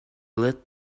lit